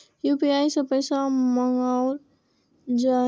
UPI सै पैसा मंगाउल जाय?